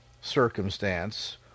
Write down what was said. circumstance